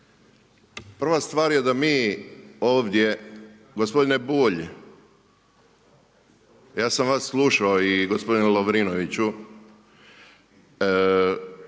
Prva stvar je da mi ovdje gospodine Bulj, ja sam vas slušao i gospodine Lovrinoviću,